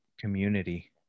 community